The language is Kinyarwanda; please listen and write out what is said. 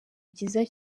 byiza